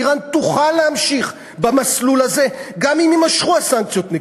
איראן תוכל להמשיך במסלול הזה גם אם יימשכו הסנקציות נגדה.